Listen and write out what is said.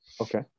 Okay